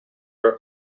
are